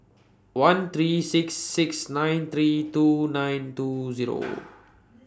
one three six six nine three two nine two Zero